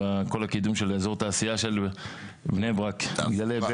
בכל הקידום של אזור התעשייה של בני ברק --- תעסוקה.